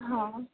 હા